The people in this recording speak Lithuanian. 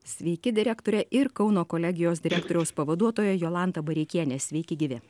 sveiki direktore ir kauno kolegijos direktoriaus pavaduotoja jolanta bareikienė sveiki gyvi